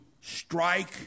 strike